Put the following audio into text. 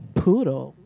poodle